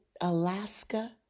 Alaska